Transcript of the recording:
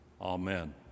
Amen